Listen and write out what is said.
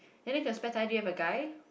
and then got spare tyre do you have a guy